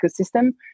ecosystem